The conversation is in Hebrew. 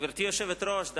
גברתי היושבת-ראש,